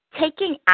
taking